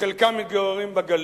חלקם מתגוררים בגליל,